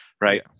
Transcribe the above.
right